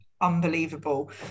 unbelievable